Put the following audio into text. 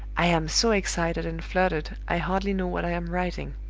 i am so excited and fluttered, i hardly know what i am writing.